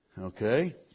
Okay